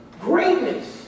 Greatness